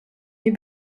nie